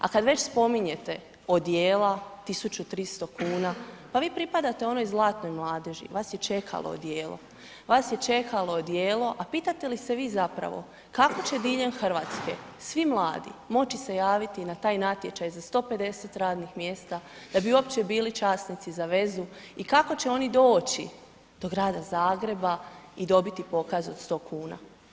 A kad već spominjete odjela, 1300 kuna, pa vi pripadate onoj zlatnoj mladeži, vas je čekalo odijelo, vas je čekalo odijelo, a pitate li se vi zapravo kako će diljem Hrvatske svi mladi moći se javiti na taj natječaj za 150 radnih mjesta da bi uopće bili časnici za vezu i kako će oni doći do grada Zagreba i dobiti pokaz od 100 kuna?